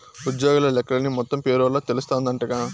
ఉజ్జోగుల లెక్కలన్నీ మొత్తం పేరోల్ల తెలస్తాందంటగా